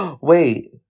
Wait